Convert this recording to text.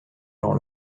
jean